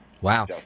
Wow